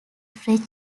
fresh